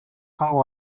jango